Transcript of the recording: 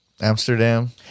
Amsterdam